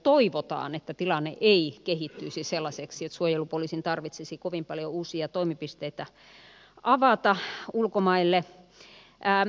toivotaan että tilanne ei kehittyisi sellaiseksi että suojelupoliisin tarvitsisi kovin paljoa uusia toimipisteitä avata ulkomaille